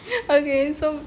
okay so